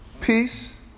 peace